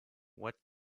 what